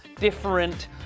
different